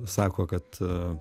sako kad